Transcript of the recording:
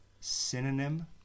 synonym